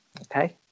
okay